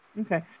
Okay